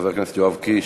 חבר הכנסת יואב קיש,